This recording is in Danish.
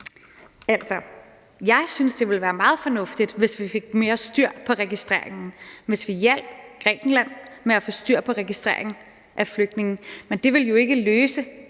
jeg synes, det ville være meget fornuftigt, hvis vi fik mere styr på registreringen, hvis vi hjalp Grækenland med at få styr på registreringen af flygtninge, men det vil jo ikke løse